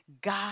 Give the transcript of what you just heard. God